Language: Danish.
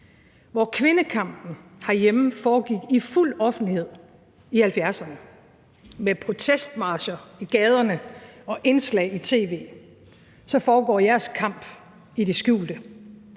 Hvor kvindekampen herhjemme foregik i fuld offentlighed i 1970'erne med protestmarcher i gaderne og indslag i tv, foregår jeres kamp i det skjulte,